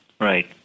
Right